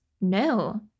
no